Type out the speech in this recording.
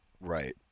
right